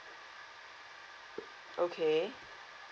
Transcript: okay